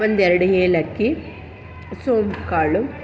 ಒಂದೆರ್ಡು ಏಲಕ್ಕಿ ಸೋಂಪು ಕಾಳು